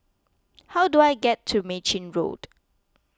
how do I get to Mei Chin Road